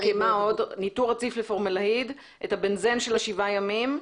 ניטור רציף לפורמלדהיד, ה-בנזן של שבעת הימים,